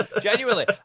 Genuinely